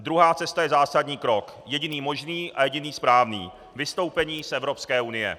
Druhá cesta je zásadní krok, jediný možný a jediný správný vystoupení z Evropské unie.